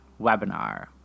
webinar